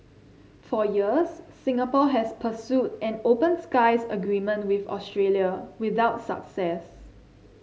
for years Singapore has pursued an open skies agreement with Australia without success